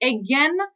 Again